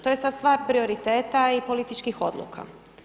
To je sad stvar prioriteta i političkih oduka.